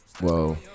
whoa